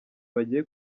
bagiye